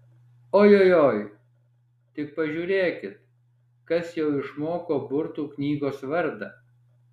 ojojoi tik pažiūrėkit kas jau išmoko burtų knygos vardą